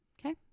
okay